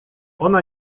ona